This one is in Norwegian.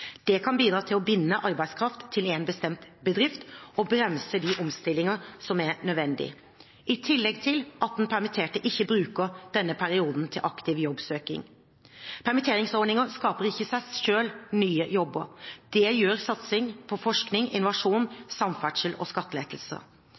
Det kan bidra til å binde arbeidskraft til en bestemt bedrift og bremse de omstillinger som er nødvendige, i tillegg til at den permitterte ikke bruker denne perioden til aktiv jobbsøking. Permitteringsordningen skaper ikke i seg selv nye jobber. Det gjør satsing på forskning, innovasjon,